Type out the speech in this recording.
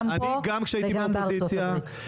גם פה וגם בארצות הברית.